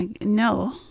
no